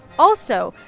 also,